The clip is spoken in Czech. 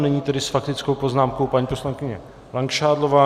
Nyní tedy s faktickou poznámkou paní poslankyně Langšádlová.